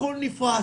הכול נפרץ.